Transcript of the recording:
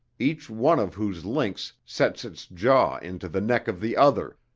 each one of whose links sets its jaws into the neck of the other,